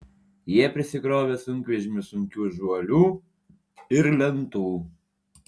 jie prisikrovė sunkvežimius sunkių žuolių ir lentų